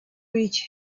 each